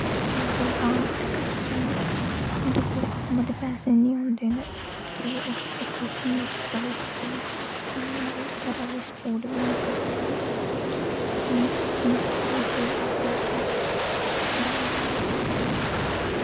dance ते करना चाह्ंदे न परंतु कोई मतलब पैसे निं होंदे न कि ओह् किसै कोचिंग बिच्च जा सकन उनेंगी उंदे घरै आह्ले सपोर्ट बी निं करदे न कि उनें गी कोचिंग च भेजै कि डांस सिक्खी सकन